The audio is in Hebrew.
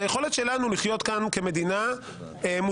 ביכולת שלנו לחיות כאן כמדינה מוסרית,